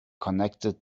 connected